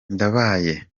ndababaye